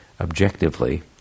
objectively